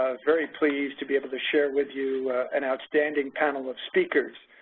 very pleased to be able to share with you an outstanding panel of speakers.